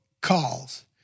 calls